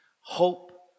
hope